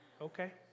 Okay